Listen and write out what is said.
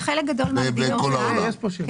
בחלק גדול מן המדינות הוא ממוסה,